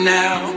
now